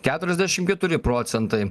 keturiasdešim keturi procentai